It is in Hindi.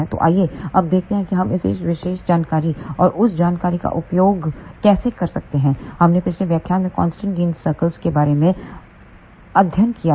तो आइए अब देखते हैं कि हम इस विशेष जानकारी और उस जानकारी का उपयोग कैसे कर सकते हैं जो हमने पिछले व्याख्यान में कांस्टेंट गेन सर्कल्स के बारे में अध्ययन किया था